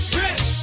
rich